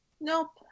Nope